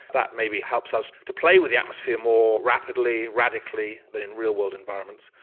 that maybe helps us to play with the atmosphere more rapidly, radically than in real-world environments,